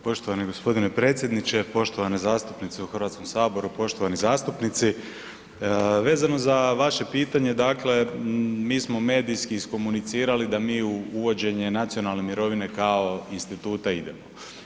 Poštovani gospodine predsjedniče, poštovane zastupnice u Hrvatskom saboru, poštovani zastupnici, vezano za vaše pitanje dakle mi smo medijski iskomunicirali da mi u uvođenje nacionalne mirovine kao instituta idemo.